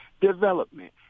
development